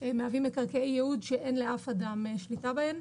מהווים מקרקעי ייעוד שאין לאף אדם שליטה בהם.